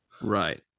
Right